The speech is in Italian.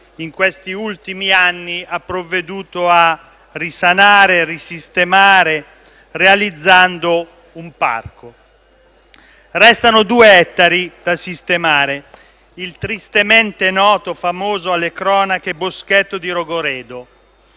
in questi ultimi anni ha provveduto a risanare e a risistemare, realizzando un parco. Restano due ettari da sistemare: il tristemente noto, famoso alle cronache, Boschetto di Rogoredo,